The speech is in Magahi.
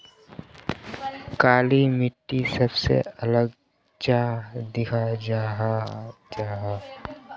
काली मिट्टी सबसे अलग चाँ दिखा जाहा जाहा?